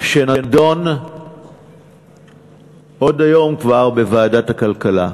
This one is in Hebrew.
שנדון כבר היום בוועדת הכלכלה.